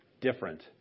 different